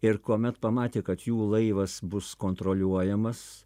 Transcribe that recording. ir kuomet pamatė kad jų laivas bus kontroliuojamas